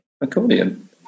Accordion